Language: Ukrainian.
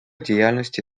діяльності